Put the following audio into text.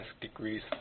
degrees